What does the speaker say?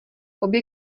obě